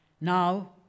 now